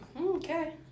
Okay